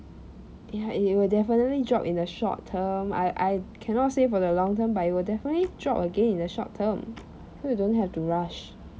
ya it will definitely drop in the short-term I I cannot say for the long-term but it will definitely drop again in the short-term so you don't have to rush